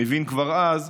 הוא הבין כבר אז,